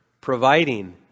providing